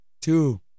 two